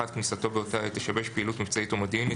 כניסתו באותה העת תשבש פעילות מבצעית או מודיעינית,